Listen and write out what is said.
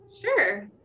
Sure